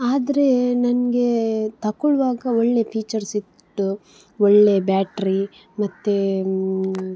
ಆದರೆ ನಂಗೆ ತೊಗೊಳ್ವಾಗ ಒಳ್ಳೆ ಫೀಚರ್ಸ್ ಇತ್ತು ಒಳ್ಳೆ ಬ್ಯಾಟ್ರಿ ಮತ್ತು